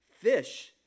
fish